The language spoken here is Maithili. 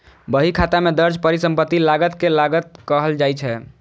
बहीखाता मे दर्ज परिसंपत्ति लागत कें लागत कहल जाइ छै